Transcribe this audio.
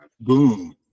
Boom